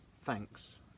thanks